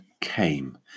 came